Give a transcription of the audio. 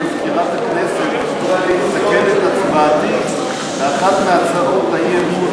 מזכירת הכנסת לתקן את הצבעתי באחת מהצעות האי-אמון